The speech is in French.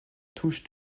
touche